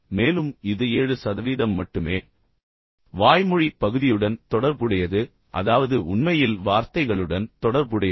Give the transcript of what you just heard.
மேலும் இது 7 சதவீதம் மட்டுமே வாய்மொழி பகுதியுடன் தொடர்புடையது அதாவது உண்மையில் வார்த்தைகளுடன் தொடர்புடையது